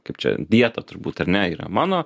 kaip čia dieta turbūt ar ne yra mano